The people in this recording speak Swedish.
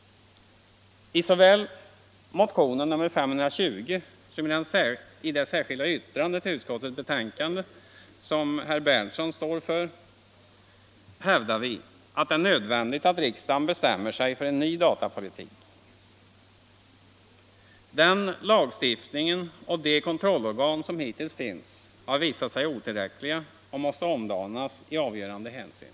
I såväl motionen nr 320 som i det särskilda yttrande till utskottets betänkande som herr Berndtson stör för hävdar vi att det är nödvändigt att riksdagen bestämmer sig för en ny datapolitik. Den lagstiftning och de kontrollorgan som hittills finns har visat sig otillräckliga och måste omdanas i avgörande hänseenden.